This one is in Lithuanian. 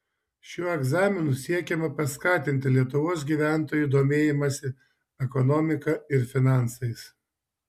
šiuo egzaminu siekiama paskatinti lietuvos gyventojų domėjimąsi ekonomika bei finansais